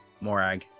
morag